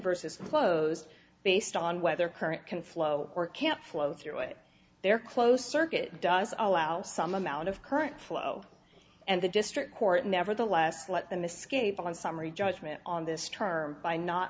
versus closed based on whether current can flow or can't flow through it their closed circuit does allow some amount of current flow and the district court nevertheless let them escape on summary judgment on this term by not